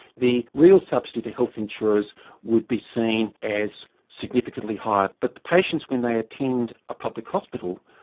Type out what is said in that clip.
the real subsidy to health insurers would be seen as significantly higher. but the patients when they attend a public hospital,